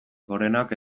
gorenak